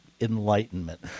enlightenment